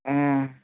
अँ